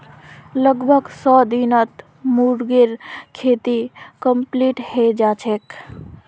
लगभग सौ दिनत मूंगेर खेती कंप्लीट हैं जाछेक